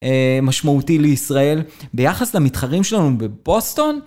משמעותי לישראל ביחס למתחרים שלנו בבוסטון.